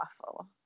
awful